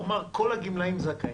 הוא אמר: כול הגמלאים זכאים.